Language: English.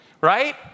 Right